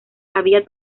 había